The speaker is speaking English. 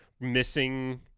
missing